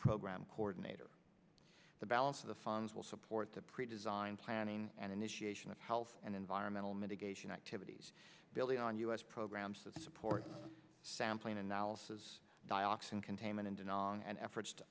program coordinator the balance of the funds will support the pre design planning and initiation of health and environmental mitigation activities building on u s programs that support sampling analysis dioxin containment and anon and efforts to